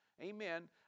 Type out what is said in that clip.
Amen